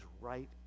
right